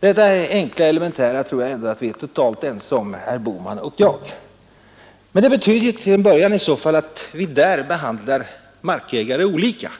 Detta är elementa som jag tror att vi är totalt överens om, herr Bohman och jag. Men det betyder till en början i så fall att vi där behandlar markägare olika.